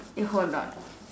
you hold on